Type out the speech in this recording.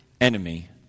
enemy